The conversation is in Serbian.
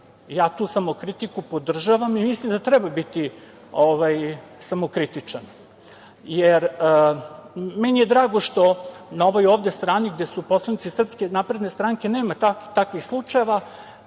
ja tu samokritiku podržavam, i mislim da treba biti samokritičan. Meni je drago što ovde, na ovoj ovde strani gde su poslanici Srpske napredne stranke nema takvih slučajeva